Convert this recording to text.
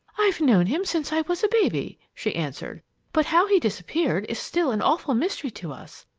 i've known him since i was a baby, she answered but how he disappeared is still an awful mystery to us.